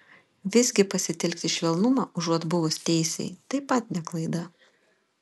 visgi pasitelkti švelnumą užuot buvus teisiai taip pat ne klaida